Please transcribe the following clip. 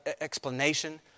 explanation